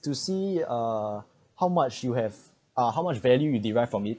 to see uh how much you have uh how much value you derive from it